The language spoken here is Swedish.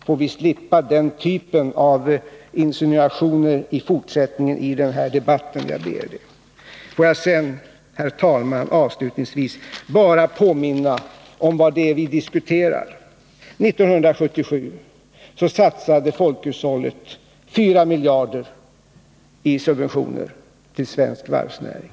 Låt oss slippa den typen av insinuationer i fortsättningen i den här debatten, jag ber det. Avslutningsvis, herr talman, vill jag bara påminna om vad det är vi diskuterar. 1977 satsade folkhushållet 4 miljarder i subventioner till svensk varvsnäring.